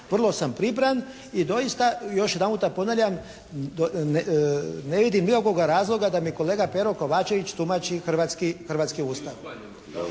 Vrlo sam pribran. I doista još jedanputa ponavljam ne vidim nikakvoga razloga da mi je kolega Pero Kovačević tumači hrvatski Ustav.